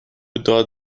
داد